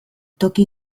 toki